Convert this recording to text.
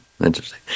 interesting